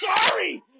sorry